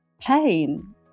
pain